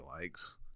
likes